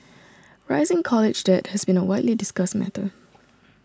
rising college debt has been a widely discussed matter